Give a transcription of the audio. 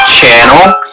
channel